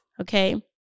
okay